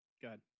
good